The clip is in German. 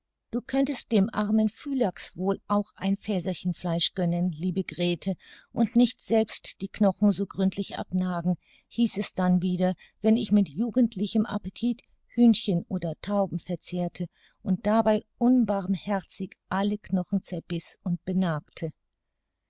du könntest dem armen phylax wohl auch ein fäserchen fleisch gönnen liebe grete und nicht selbst die knochen so gründlich abnagen hieß es dann wieder wenn ich mit jugendlichem appetit hühnchen oder tauben verzehrte und dabei unbarmherzig alle knochen zerbiß und benagte